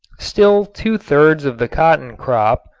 still two-thirds of the cotton crop,